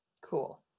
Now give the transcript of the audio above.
cool